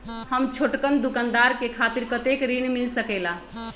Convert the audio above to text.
हम छोटकन दुकानदार के खातीर कतेक ऋण मिल सकेला?